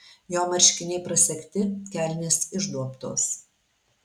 jo marškiniai prasegti kelnės išduobtos